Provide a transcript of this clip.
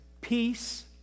Peace